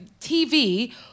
TV